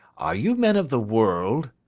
are you men of the world,